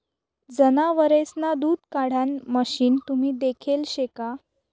जनावरेसना दूध काढाण मशीन तुम्ही देखेल शे का?